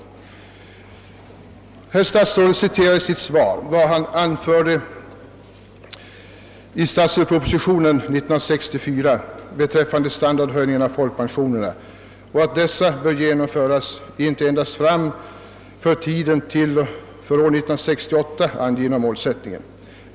Herr statsrådet citerar i sitt svar vad han anförde i statsverkspropositionen 1964 beträffande standardhöjningar av folkpensionerna, nämligen att dessa bör genomföras inte endast fram till den för år 1968 angivna målsättningen.